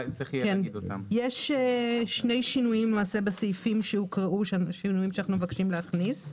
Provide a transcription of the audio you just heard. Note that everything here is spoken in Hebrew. יש שני שינויים בסעיפים שהוקראו שאנחנו מבקשים להכניס.